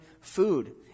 food